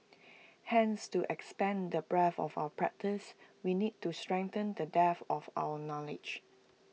hence to expand the breadth of our practice we need to strengthen the depth of our knowledge